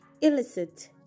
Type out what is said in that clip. Illicit